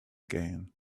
again